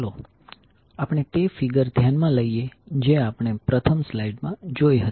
ચાલો આપણે તે ફિગર ધ્યાનમાં લઈએ જે આપણે પ્રથમ સ્લાઈડ માં જોઇ હતી